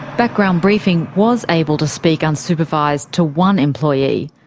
background briefing was able to speak unsupervised to one employee.